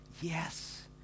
Yes